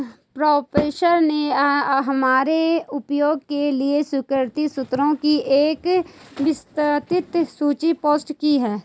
professor ने हमारे उपयोग के लिए स्वीकृत स्रोतों की एक विस्तृत सूची पोस्ट की